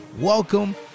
welcome